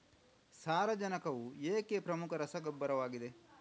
ಸಾರಜನಕವು ಏಕೆ ಪ್ರಮುಖ ರಸಗೊಬ್ಬರವಾಗಿದೆ?